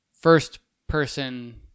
first-person